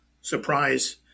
surprise